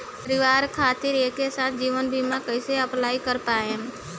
परिवार खातिर एके साथे जीवन बीमा कैसे अप्लाई कर पाएम?